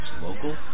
local